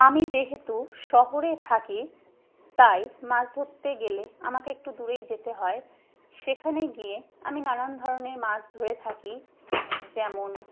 আমি যেহেতু শহরে থাকি তাই মাছ ধরতে গেলে আমাকে একটু দূরেই যেতে হয় সেখানে গিয়ে আমি নানান ধরনের মাছ ধরে থাকি যেমন